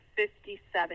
57